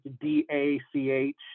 D-A-C-H